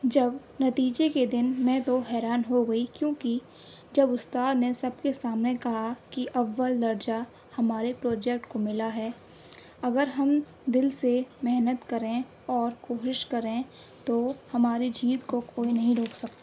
جب نتیجے کے دِن میں تو حیران ہو گئی کیونکہ جب اُستاد نے سب کے سامنے کہا کہ اول درجہ ہمارے پروجیکٹ کو ملا ہے اگر ہم دِل سے محنت کریں اور کوشش کریں تو ہماری جیت کو کوئی نہیں روک سکتا